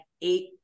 eight